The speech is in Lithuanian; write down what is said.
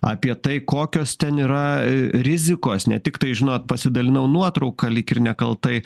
apie tai kokios ten yra rizikos ne tiktai žinot pasidalinau nuotrauka lyg ir nekaltai